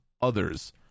others